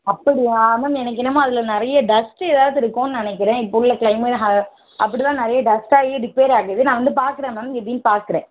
அப்படியா மேம் எனக்கு என்னமோ அதில் நிறைய டஸ்ட்டு ஏதாவுது இருக்கும்னு நினைக்கிறேன் இப்போ உள்ள க்ளைமே ஹ அப்படி தான் நிறைய டஸ்ட்டாகி ரிப்பேர் ஆகுது நான் வந்து பார்க்கறேன் மேம் எப்படின்னு பார்க்கறேன்